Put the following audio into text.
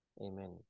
Amen